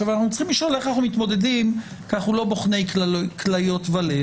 אנחנו צריכים לשאול איך אנחנו מתמודדים כי אנחנו לא בוחני כליות ולב,